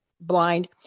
Blind